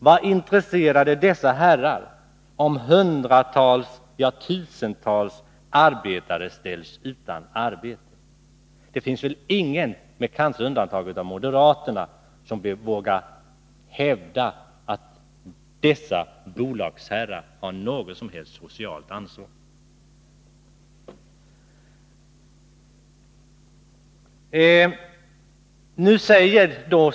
Vad intresserar det dessa herrar om hundratals, ja, tusentals arbetare ställs utan arbete? Ingen — utom möjligen moderaterna — vågar väl hävda att de har något som helst socialt ansvar.